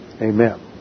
Amen